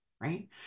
right